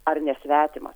ar nesvetimas